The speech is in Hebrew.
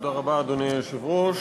תודה רבה, אדוני היושב-ראש.